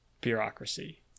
bureaucracy